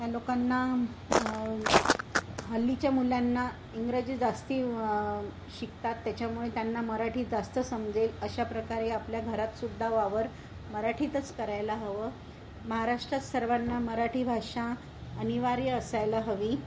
त्या लोकांना हल्लीच्या मुलांना इंग्रजी जास्त शिकतात त्याच्यामुळे त्यांना मराठीत जास्त समजेल अशा प्रकारे आपल्या घरात सुद्धा वावर मराठीतच करायला हवं महाराष्ट्रात सर्वांना मराठी भाषा अनिवार्य असायला हवी